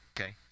Okay